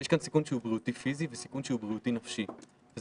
יש כאן סיכון שהוא בריאותי פיזי וסיכון שהוא בריאותי נפשי וזה